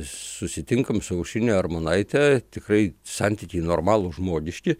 susitinkam su aušrine armonaite tikrai santykiai normalūs žmogiški